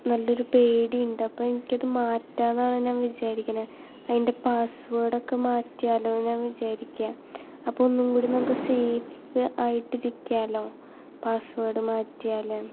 നല്ലൊരു പേടിയുണ്ട് അപ്പോൾ എനിക്കത് മാറ്റാനാണ് ഞാൻ വിചാരിക്കണത് അതിൻ്റെ പാസ്സ്വേർഡ് ഒക്കെ മാറ്റിയാലോന്ന് ഞാൻ വിചാരിക്കുക അപ്പോൾ ഒന്നും കൂടി നമുക്ക് സേഫ് ആയിട്ട് ഇരിക്കാലോ പാസ്വേഡ് മാറ്റിയാൽ